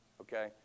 okay